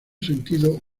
sentido